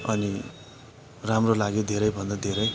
अनि राम्रो लाग्यो धेरै भन्दा धेरै